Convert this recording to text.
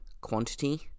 quantity